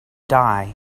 die